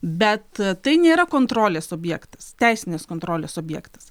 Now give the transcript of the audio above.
bet tai nėra kontrolės objektas teisinės kontrolės objektas